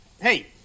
Hey